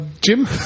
Jim